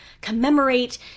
commemorate